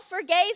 forgave